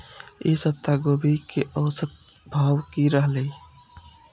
ई सप्ताह गोभी के औसत भाव की रहले?